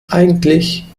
eigentlich